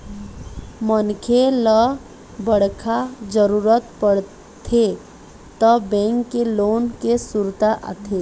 मनखे ल बड़का जरूरत परथे त बेंक के लोन के सुरता आथे